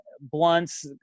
Blunts